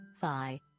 phi